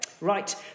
Right